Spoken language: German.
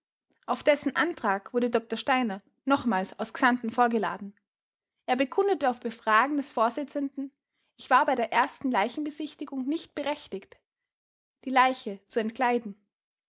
auf dessen antrag wurde dr steiner nochmals aus xanten vorgeladen er bekundete auf befragen des vorsitzenden ich war bei der ersten leichenbesichtigung nicht berechtigt rechtigt die leiche zu entkleiden